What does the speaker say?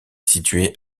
situé